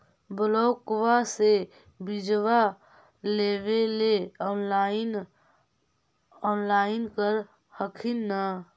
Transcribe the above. ब्लोक्बा से बिजबा लेबेले ऑनलाइन ऑनलाईन कर हखिन न?